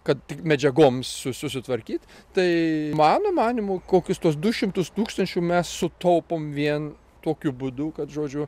kad tik medžiagoms su susitvarkyt tai mano manymu kokius tuos du šimtus tūkstančių mes sutaupom vien tokiu būdu kad žodžiu